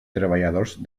treballadors